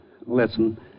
listen